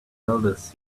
elders